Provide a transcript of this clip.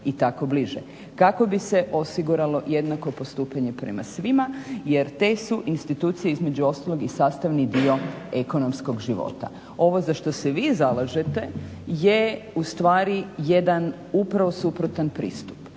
i tako bliže, kako bi se osiguralo jednako postupanje prema svima jer te su institucije između ostalog i sastavni dio ekonomskog života. Ovo za što se vi zalažete je ustvari jedan upravo suprotan pristup.